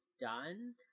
done